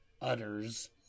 Utters